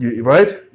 Right